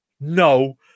No